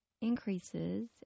increases